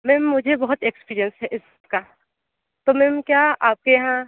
ma'am मुझे बहुत experience है इसका तो मैम क्या आपके यहाँ